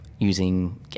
using